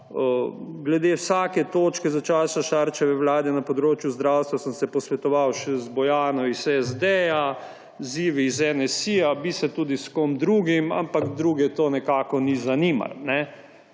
Glede vsake točke za časa Šarčeve vlade na področju zdravstva sem se posvetoval še z Bojano iz SD, z Ivi iz NSi, bi se tudi s kom drugim, ampak druge to nekako ni zanimalo.